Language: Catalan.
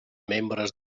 membres